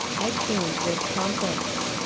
exeunt. with trumpets.